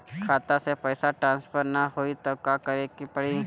खाता से पैसा ट्रासर्फर न होई त का करे के पड़ी?